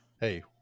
Hey